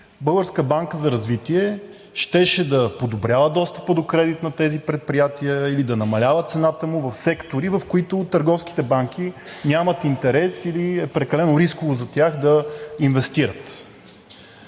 щеше да подобрява достъпа до кредит на тези предприятия или да намалява цената му в секторите, в които търговските банки нямат интерес или е прекалено рисково за тях да инвестират.